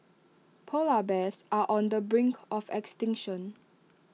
Polar Bears are on the brink of extinction